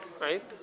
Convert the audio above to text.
right